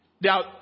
Now